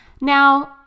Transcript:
Now